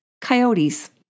coyotes